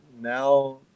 now